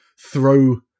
throw